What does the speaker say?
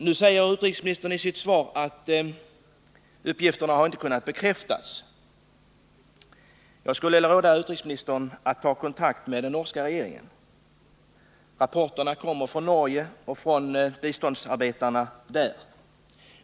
Nu säger utrikesministern i sitt svar att uppgifterna inte har kunnat bekräftas. Jag skulle vilja råda utrikesministern att ta kontakt med den norska regeringen. Rapporterna kommer från Norge och från norska biståndsarbetare.